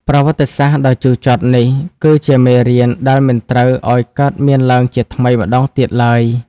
ប្រវត្តិសាស្ត្រដ៏ជូរចត់នេះ គឺជាមេរៀនដែលមិនត្រូវឱ្យកើតមានឡើងជាថ្មីម្តងទៀតឡើយ។